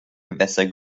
gewässer